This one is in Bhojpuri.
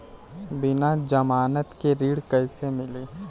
बिना जमानत के ऋण कैसे मिली?